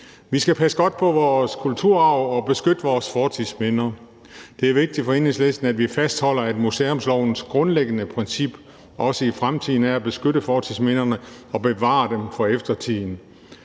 Vi skal passe godt på vores kulturarv og beskytte vores fortidsminder. Det er vigtigt for Enhedslisten, at vi fastholder, at museumslovens grundlæggende princip også i fremtiden er at beskytte fortidsminderne og bevare dem for eftertiden.